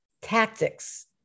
tactics